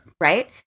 Right